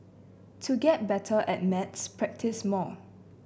to get better at maths practise more